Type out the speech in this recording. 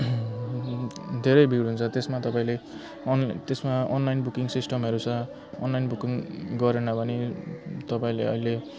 धेरै भिड हुन्छ त्यसमा तपाईँले अन् त्यसमा अनलाइन बुकिङ सिस्टमहरू छ अनलाइन बुकिङ गरेन भने तपाईँले अहिले